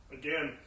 again